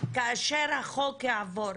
כאשר החוק יעבור,